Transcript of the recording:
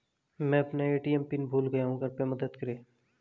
मैं अपना ATM PIN भूल गया हूँ कृपया मदद करें